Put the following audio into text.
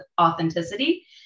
authenticity